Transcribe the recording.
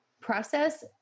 process